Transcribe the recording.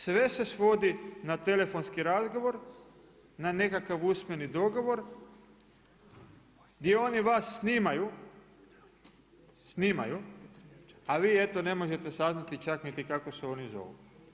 Sve se svodi na telefonski razgovor, na nekakav usmeni dogovor, gdje oni vas snimaju, a vi eto ne možete saznati čak niti kako se oni zovu.